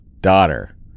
daughter